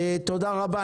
תודה רבה.